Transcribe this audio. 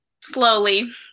slowly